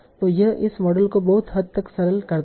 तो यह इस मॉडल को बहुत हद तक सरल करता है